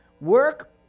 Work